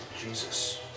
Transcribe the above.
Jesus